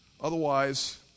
Otherwise